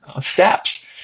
steps